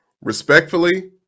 Respectfully